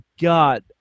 God